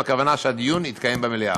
הכוונה היא שהדיון יתקיים במליאה.